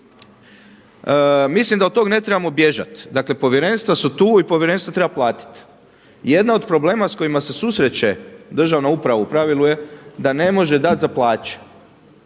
Mislim da od toga ne trebamo bježati. Dakle, povjerenstva su tu i povjerenstva treba platiti. Jedan od problema sa kojima se susreće državna uprava u pravilu je da ne može dati za plaće.